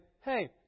hey